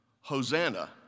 Hosanna